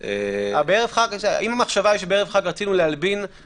--- אם המחשבה היא שבערב חג רצינו להלבין,